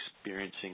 experiencing